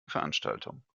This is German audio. veranstaltung